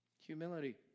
Humility